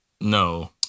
No